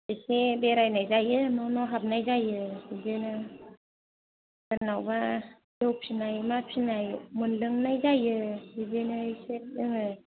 एसे बेरायनाय जायो न' न' हाबनाय जायो बिदिनो सोरनावबा जौ फिनाय मा फिनाय मोनलोंनाय जायो बिदिनो एसे जोंङो